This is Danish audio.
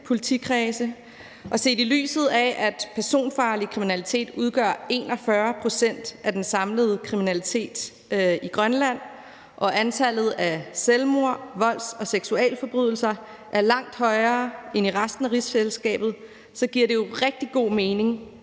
politikredse, og set i lyset af at personfarlig kriminalitet udgør 41 pct. af den samlede kriminalitet i Grønland og antallet af selvmord, volds- og seksualforbrydelser er langt højere end i resten af rigsfællesskabet, giver det jo rigtig god mening